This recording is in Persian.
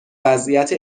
وضعیت